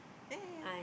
ya ya ya